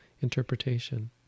interpretation